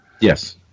yes